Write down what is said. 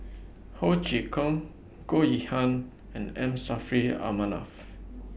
Ho Chee Kong Goh Yihan and M Saffri A Manaf